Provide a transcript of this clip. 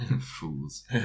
Fools